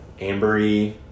ambery